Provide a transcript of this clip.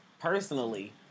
personally